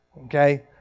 Okay